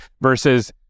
versus